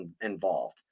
Involved